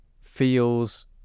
feels